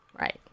Right